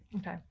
Okay